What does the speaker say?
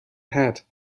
hat